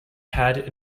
had